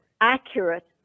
accurate